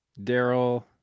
Daryl